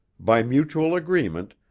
by mutual agreement,